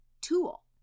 tool